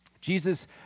Jesus